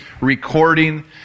recording